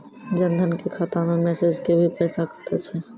जन धन के खाता मैं मैसेज के भी पैसा कतो छ?